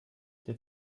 der